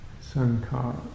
Sankara